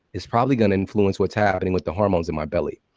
it's probably going to influence what's happening with the hormones in my belly.